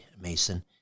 Mason